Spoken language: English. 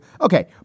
okay